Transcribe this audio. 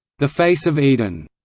the face of eden,